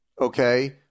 Okay